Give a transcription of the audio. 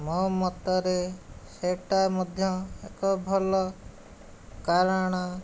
ମୋ ମତରେ ସେହିଟା ମଧ୍ୟ ଏକ ଭଲ କାରଣ